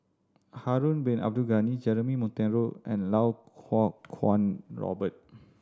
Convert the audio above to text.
Harun Bin Abdul Ghani Jeremy Monteiro and Lau Kuo Kwong Robert